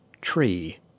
Tree